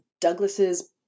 Douglas's